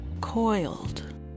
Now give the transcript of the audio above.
Coiled